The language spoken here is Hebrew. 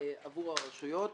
עבור הרשויות,